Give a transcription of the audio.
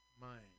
Mind